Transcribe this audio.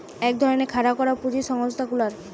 এক ধরণের খাড়া করা পুঁজি সংস্থা গুলার